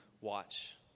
watch